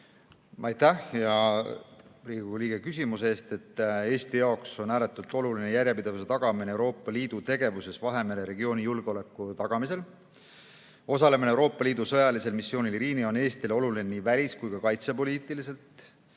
Aitäh, hea Riigikogu liige, küsimuse eest! Eesti jaoks on ääretult oluline järjepidevuse tagamine Euroopa Liidu tegevuses Vahemere regiooni julgeoleku tagamisel. Osalemine Euroopa Liidu sõjalisel missioonil Irini on Eestile oluline nii välis- kui ka kaitsepoliitiliselt.